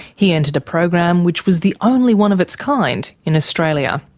he entered a program which was the only one of its kind in australia.